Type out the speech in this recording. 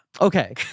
okay